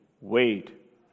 wait